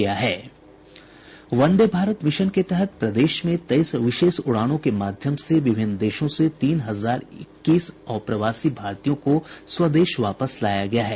वंदे Bharat mission के तहत प्रदेश में तेईस विशेष उड़ानों के माध्यम से विभिन्न देशों से तीन हजार इक्कीस अपप्रवासी भारतीयों को स्वदेश वापस लाया गया है